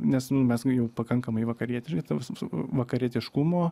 nes nu mes gi jau pakankamai vakarietiški ta prasme vakarietiškumo